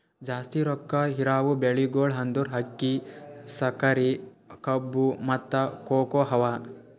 ಜಾಸ್ತಿ ರೊಕ್ಕಾ ಇರವು ಬೆಳಿಗೊಳ್ ಅಂದುರ್ ಅಕ್ಕಿ, ಸಕರಿ, ಕಬ್ಬು, ಮತ್ತ ಕೋಕೋ ಅವಾ